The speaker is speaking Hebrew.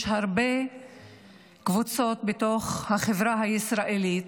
יש הרבה קבוצות בתוך החברה הישראלית,